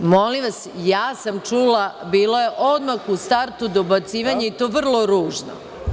Molim vas, ja sam čula, bilo je odmah u startu dobacivanje i to vrlo ružno.